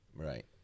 Right